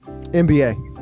NBA